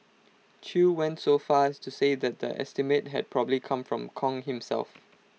chew went so far as to say that the estimate had probably come from Kong himself